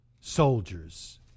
soldiers